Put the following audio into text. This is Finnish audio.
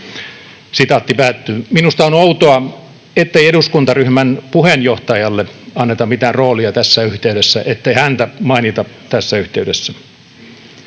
toimenpiteistä.” Minusta on outoa, ettei eduskuntaryhmän puheenjohtajalle anneta mitään roolia tässä yhteydessä, ettei häntä mainita tässä yhteydessä.